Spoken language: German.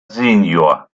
sen